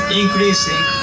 increasing